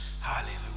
Hallelujah